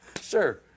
Sure